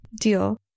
deal